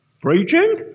Preaching